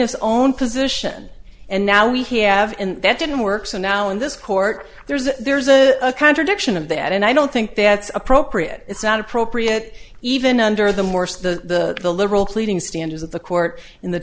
's own position and now we have and that didn't work so now in this court there's a there's a contradiction of that and i don't think that's appropriate it's not appropriate even under the morris the the liberal pleading standards of the court in the